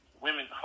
women